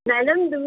ननन्दु